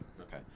Okay